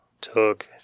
took